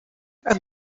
aka